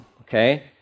okay